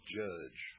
judge